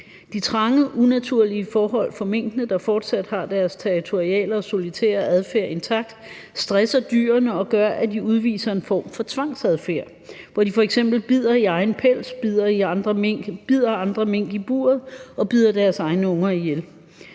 De trange, unaturlige forhold for minkene, der fortsat har deres territoriale og solitære adfærd intakt, stresser dyrene og gør, at de udviser en form for tvangsadfærd, hvor de f.eks. bider i egen pels, bider andre mink i buret og bider deres egne unger ihjel.